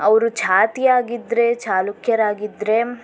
ಅವರು ಛಾತಿ ಆಗಿದ್ದರೆ ಚಾಲುಕ್ಯರಾಗಿದ್ರೆ